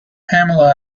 pamela